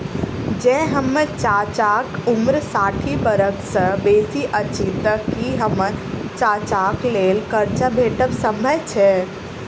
जँ हम्मर चाचाक उम्र साठि बरख सँ बेसी अछि तऽ की हम्मर चाचाक लेल करजा भेटब संभव छै?